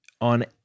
on